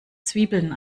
zwiebeln